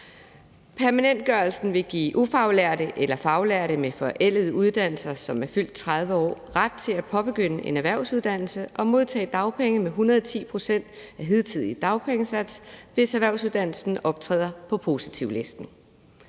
Permanentgørelsen vil give ufaglærte eller faglærte, som er fyldt 30 år, med forældede uddannelser, ret til at påbegynde en erhvervsuddannelse og modtage dagpenge med 110 pct. af hidtidig dagpengesats, hvis erhvervsuddannelsen optræder på positivlisten.